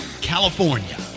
California